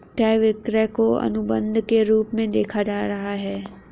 क्रय विक्रय को अनुबन्ध के रूप में देखा जाता रहा है